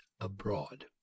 abroad